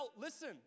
listen